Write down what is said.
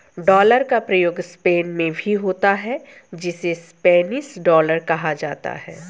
dollar का प्रयोग Spain में भी होता है जिसे स्पेनिश डॉलर कहा जाता है